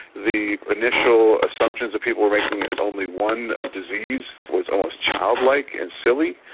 the initial assumptions that people were making that it's only one disease was almost childlike and silly.